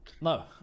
no